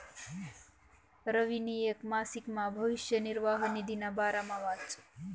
रवीनी येक मासिकमा भविष्य निर्वाह निधीना बारामा वाचं